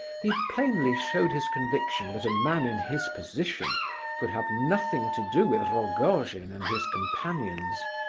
he plainly showed his conviction that a man in his position could have nothing to do with rogojin and his companions.